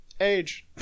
age